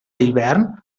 hivern